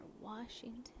Washington